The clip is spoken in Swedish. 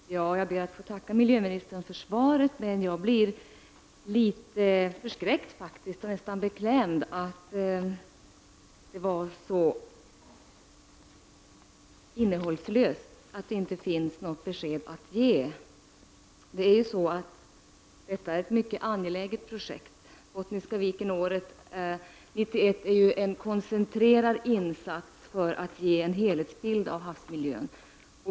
Herr talman! Jag ber att få tacka miljöministern för svaret. Men jag blir litet förskräckt faktiskt och nästan beklämd över att det var så innehållslöst, att det inte finns något besked att ge. Detta är ett mycket angeläget projekt. Bottniska Viken-året 1991 är en koncentrerad insats för att ge en helhetsbild av havsmiljön.